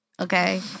Okay